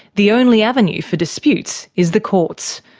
the only avenue for disputes is the courts.